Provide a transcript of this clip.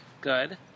Good